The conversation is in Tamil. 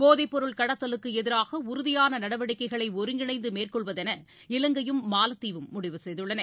போதைப் பொருள் கடத்தலுக்கு எதிராக உறுதியான நடவடிக்கைகளை ஒருங்கிணைந்து மேற்கொள்வது என இலங்கையும் மாலத்தீவும் முடிவு செய்துள்ளன